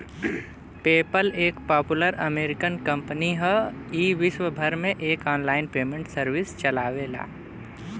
PayPal एक popular American company हौ ई विश्वभर में एक आनलाइन पेमेंट सर्विस चलावेला